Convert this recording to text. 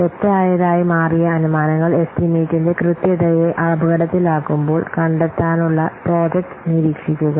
തെറ്റായതായി മാറിയ അനുമാനങ്ങൾ എസ്റ്റിമേറ്റിന്റെ കൃത്യതയെ അപകടത്തിലാക്കുമ്പോൾ കണ്ടെത്താനുള്ള പ്രോജക്റ്റ് നിരീക്ഷിക്കുക